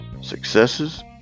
successes